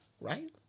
right